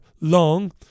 long